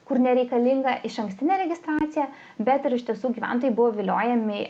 kur nereikalinga išankstinė registracija bet ir iš tiesų gyventojai buvo viliojami